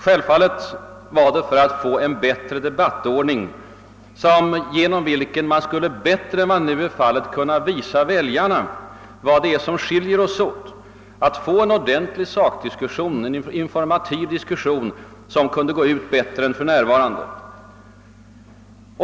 Självfallet var det för att få en bättre debattordning, genom vilken man bättre än vad nu är fallet skulle kunna visa väljarna vad det är som skiljer oss åt, få en ordentlig sakdiskussion, en informativ debatt som kunde gå ut bättre än för närvarande.